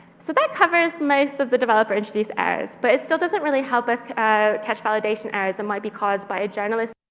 so that covers most of the developer-introduced errors, but it still doesn't really help us catch validation errors that might be caused by a journalist